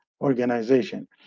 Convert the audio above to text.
organization